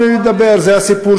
אדוני היושב-ראש,